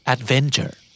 Adventure